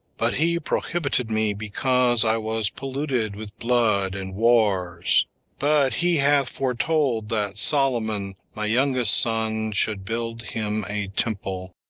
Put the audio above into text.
but he prohibited me, because i was polluted with blood and wars but he hath foretold that solomon, my youngest son, should build him a temple,